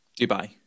Dubai